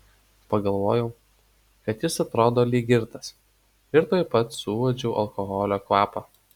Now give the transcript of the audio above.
pagalvojau kad jis atrodo lyg girtas ir tuoj pat suuodžiau alkoholio kvapą